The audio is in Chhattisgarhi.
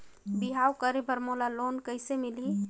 बिहाव करे बर मोला लोन कइसे मिलही?